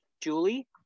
Julie